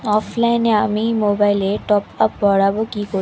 অফলাইনে আমি মোবাইলে টপআপ ভরাবো কি করে?